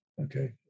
Okay